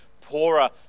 poorer